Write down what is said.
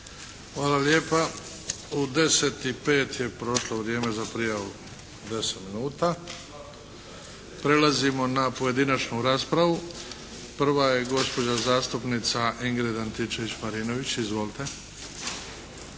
Hvala lijepa. U 10,05 je prošlo vrijeme za prijavu od 10 minuta. Prelazimo na pojedinačnu raspravu. Prva je gospođa zastupnica Ingrid Antičević Marinović. Izvolite.